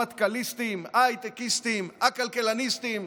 המשפטנים, המטכ"ליסטים, ההייטקיסטים, הכלכלניסטים,